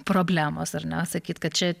problemos ar ne sakyt kad čia